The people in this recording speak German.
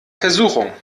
versuchung